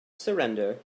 surrender